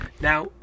Now